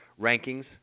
rankings